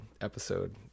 episode